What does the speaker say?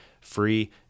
free